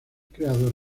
creador